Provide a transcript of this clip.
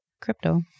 crypto